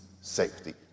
safety